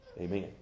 Amen